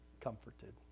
comforted